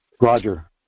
Roger